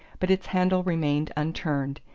but its handle remained unturned,